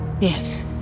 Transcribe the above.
Yes